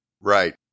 Right